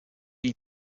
eat